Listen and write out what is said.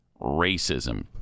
Racism